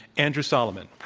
andrew solomon.